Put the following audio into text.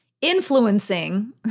influencing